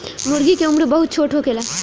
मूर्गी के उम्र बहुत छोट होखेला